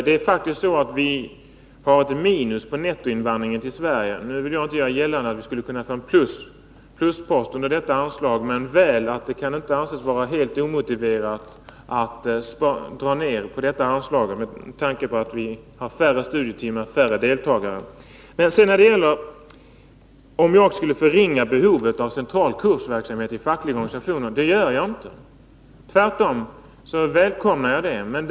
Det är faktiskt så att vi har ett minus på nettoinvandringen till Sverige. Jag vill inte göra gällande att vi skulle kunna få en pluspost under detta anslag men väl att det inte kan anses vara helt omotiverat att dra ner på detta anslag med tanke på att det är färre studietimmar och färre deltagare i invandrarundervisningen. När det sedan gäller frågan om jag skulle förringa behovet av central kursversamhet i fackliga organisationer vill jag svara att det gör jag inte — tvärtom.